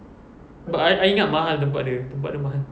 but I I ingat mahal tempat dia tempat dia mahal